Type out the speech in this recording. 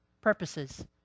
purposes